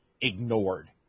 ignored